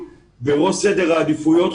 בראש סדר העדיפויות,